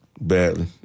Badly